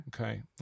Okay